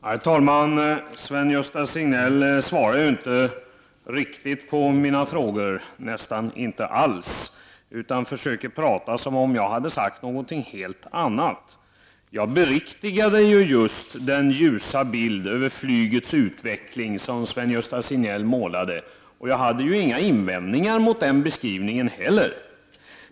Herr talman! Sven-Gösta Signell svarar ju inte riktigt på mina frågor — nästan inte alls. Han försöker i stället tala som om jag hade sagt något helt annat än det jag sade. Jag beriktigade just den ljusa bild över flygets utveckling som Sven-Gösta Signell målade, och jag hade ju inga invändningar mot den beskrivningen heller.